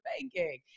banking